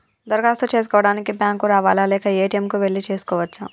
దరఖాస్తు చేసుకోవడానికి బ్యాంక్ కు రావాలా లేక ఏ.టి.ఎమ్ కు వెళ్లి చేసుకోవచ్చా?